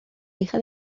hija